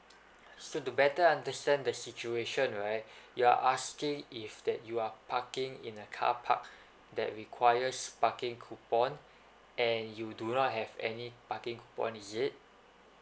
so to better understand the situation right you're asking if that you are parking in a carpark that requires parking coupon and you do not have any parking coupon is it